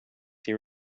here